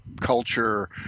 culture